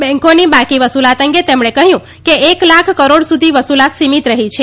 બેન્કોની બાકી વસુલાત અંગે તેમણે કહ્યું કે એક લાખ કરોડ સુધી વસુલાત સીમીત રહી છે